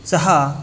सः